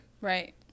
right